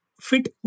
fit